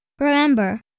Remember